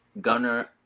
Gunner